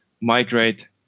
migrate